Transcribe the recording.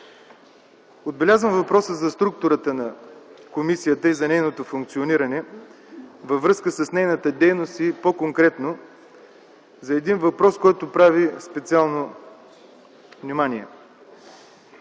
Отбелязвам въпроса за структурата на комисията и за нейното функциониране във връзка с нейната дейност и по-конкретно за един въпрос, който прави специално впечатление.